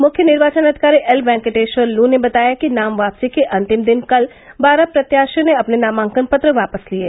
मुख्य निर्वाचन अधिकारी एल वेंकटेश्वर लू ने बताया कि नाम वापसी के अंतिम दिन कल बारह प्रत्याशियों ने अपने नामांकन पत्र वापस लिये